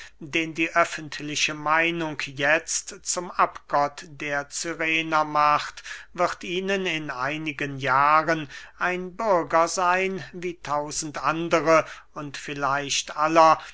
den die öffentliche meinung jetzt zum abgott der cyrener macht wird ihnen in einigen jahren ein bürger seyn wie tausend andere und vielleicht aller